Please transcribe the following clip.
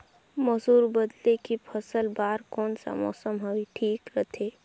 मसुर बदले के फसल बार कोन सा मौसम हवे ठीक रथे?